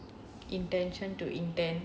!wow! intention to intend